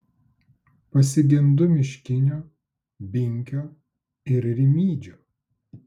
pasigendu miškinio binkio ir rimydžio